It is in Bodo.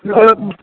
ओं